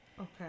Okay